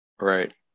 Right